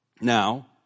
Now